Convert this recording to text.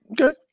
Okay